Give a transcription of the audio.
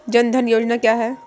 जनधन योजना क्या है?